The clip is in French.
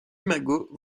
imagos